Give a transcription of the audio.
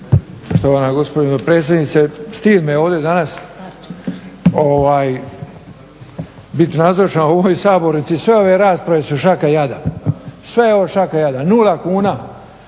Štovana gospođo potpredsjednice, stid me ovaj danas bit nazočan u ovoj sabornici, sve ove rasprave su šaka jada. Sve ovo je šaka jada, nula kuna